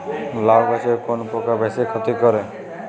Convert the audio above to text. লাউ গাছে কোন পোকা বেশি ক্ষতি করে?